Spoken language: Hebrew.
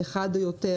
אחד או יותר,